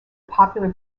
popular